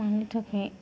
मानोथाखाय